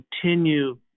continue